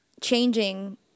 changing